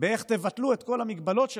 באיך תבטלו את כל המגבלות שלכם,